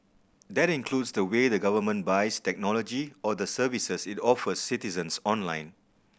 that includes the way the government buys technology or the services it offers citizens online